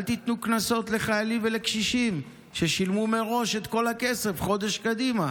אל תיתנו קנסות לחיילים ולקשישים ששילמו מראש את כל הכסף חודש קדימה.